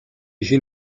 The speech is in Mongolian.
хэн